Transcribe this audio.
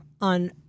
on